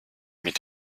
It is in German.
mit